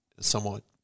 somewhat